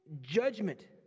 judgment